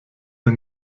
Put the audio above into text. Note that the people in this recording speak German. der